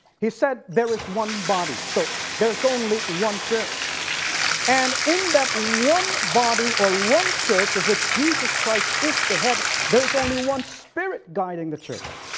he said there is one body so there's only one church and in that one body, or one church of which jesus christ is the head there's only one spirit guiding the church.